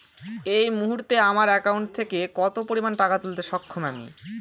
এই মুহূর্তে আমার একাউন্ট থেকে কত পরিমান টাকা তুলতে সক্ষম আমি?